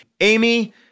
Amy